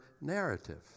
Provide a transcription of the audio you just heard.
narrative